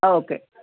okay